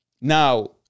Now